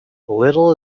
little